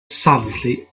silently